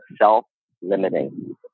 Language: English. self-limiting